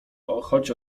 choć